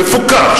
מפוכח,